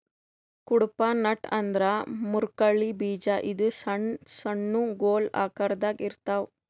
Cuddapah nut ಅಂದ್ರ ಮುರ್ಕಳ್ಳಿ ಬೀಜ ಇದು ಸಣ್ಣ್ ಸಣ್ಣು ಗೊಲ್ ಆಕರದಾಗ್ ಇರ್ತವ್